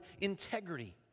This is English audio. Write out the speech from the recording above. integrity